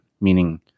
meaning